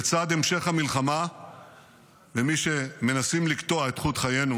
לצד המשך המלחמה ומי שמנסים לקטוע את חוט חיינו,